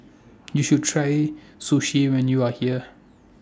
YOU should Try Sushi when YOU Are here